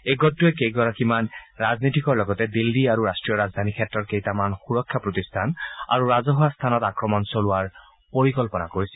এই গোটটোৱে কেইগৰাকীমান ৰাজনীতিবিদৰ লগতে দিন্নী আৰু ৰাষ্টীয় ৰাজধানীৰ ক্ষেত্ৰৰ কেইটামান সুৰক্ষা প্ৰতিষ্ঠান আৰু ৰাজহুৱা স্থানত আক্ৰমণ চলোৱাৰ পৰিকল্পনা কৰিছিল